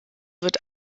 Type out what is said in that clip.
wird